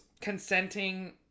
consenting